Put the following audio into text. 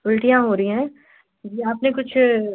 उल्टियाँ हो रही हैं जी आपने कुछ